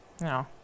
No